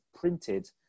printed